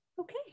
okay